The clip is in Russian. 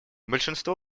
большинство